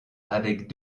avec